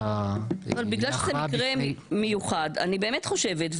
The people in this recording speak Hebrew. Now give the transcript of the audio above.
להכרעה בפני --- אבל בגלל שזה מקרה מיוחד אני באמת חושבת,